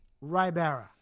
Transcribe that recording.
Ribera